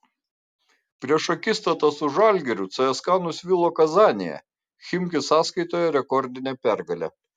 prieš akistatą su žalgiriu cska nusvilo kazanėje chimki sąskaitoje rekordinė pergalė